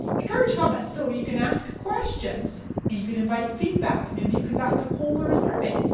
encourage comments. so you can ask questions and you can invite feedback. maybe you conduct a poll or a survey.